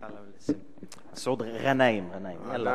מסעוד ע'נאים, ע'נאים.